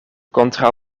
kontraŭ